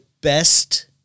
best